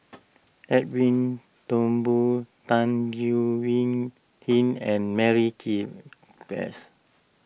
Edwin Thumboo Tan Leo Wee Hin and Mary king Klass